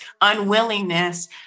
unwillingness